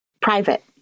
private